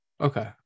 Okay